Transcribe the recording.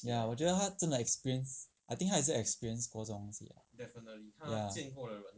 ya 我觉得他真的 experience I think 他也是 experience 过这种东西 lah ya